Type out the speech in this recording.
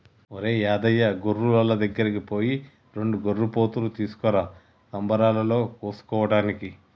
ఒరేయ్ యాదయ్య గొర్రులోళ్ళ దగ్గరికి పోయి రెండు గొర్రెపోతులు తీసుకురా సంబరాలలో కోసుకోటానికి